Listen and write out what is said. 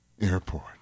airport